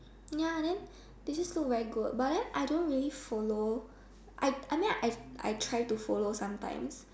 ya then they just look very good but then I don't really follow I I mean I I try to follow sometimes